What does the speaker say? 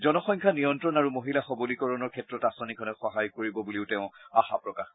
জনসংখ্যা নিয়ন্ত্ৰণ আৰু মহিলা সবলীকৰণৰ ক্ষেত্ৰত আঁচনিখনে সহায় কৰিব বুলিও তেওঁ আশা প্ৰকাশ কৰে